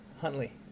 Huntley